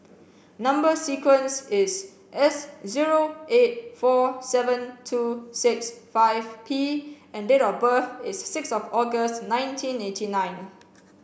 number sequence is S zero eight four seven two six five P and date of birth is sixth of August nineteen eighty nine